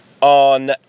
on